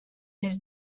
this